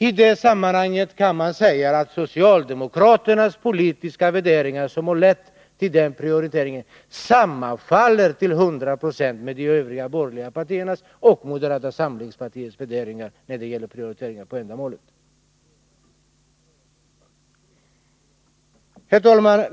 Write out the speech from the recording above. I det här sammanhanget kan man konstatera att socialdemokraternas politiska värderingar sammanfaller till 100 26 med moderata samlingspartiets och de övriga borgerliga partiernas värderingar när det gäller prioriteringar med avseende på ändamålen.